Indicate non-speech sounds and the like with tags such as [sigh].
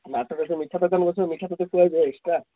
[unintelligible]